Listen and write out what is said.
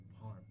harm